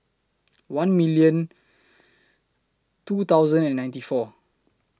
one minute two thousand and ninety four